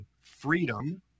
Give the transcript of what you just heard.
freedom